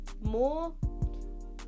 more